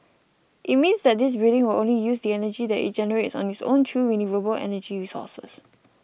it means that this building will only use the energy that it generates on its own through renewable energy sources